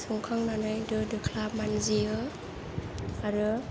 संखांनानै दो दोख्ला मानजियो आरो